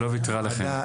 שלא ויתרה לכם.